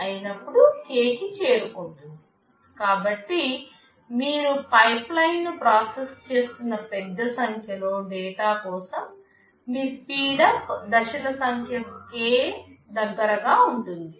కాబట్టి మీరు పైప్లైన్ను ప్రాసెస్ చేస్తున్న పెద్ద సంఖ్యలో డేటా కోసం మీ స్పీడప్ దశల సంఖ్య k కు దగ్గరగా ఉంటుంది